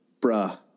Bruh